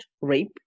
rape